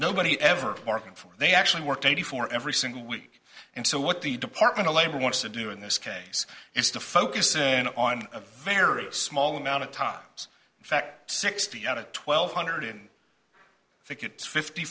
nobody ever working for they actually worked eighty four every single week and so what the department of labor wants to do in this case is to focus in on a very small amount of tops in fact sixty out of twelve hundred and